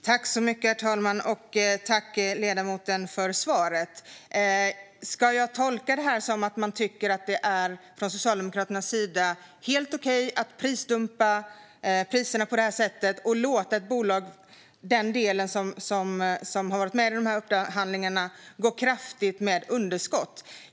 Herr talman! Jag tackar ledamoten för svaret! Ska jag tolka det här som att Socialdemokraterna tycker att det är helt okej att dumpa priserna på det här sättet och låta den del av bolaget som har varit med i upphandlingarna gå med ett kraftigt underskott?